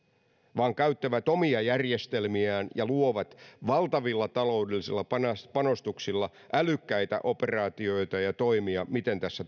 vaan ne käyttävät omia järjestelmiään ja luovat valtavilla taloudellisilla panostuksilla älykkäitä operaatioita ja toimia miten tässä